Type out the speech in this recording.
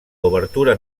obertura